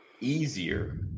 easier